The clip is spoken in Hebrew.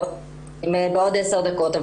בעוד עשר דקות.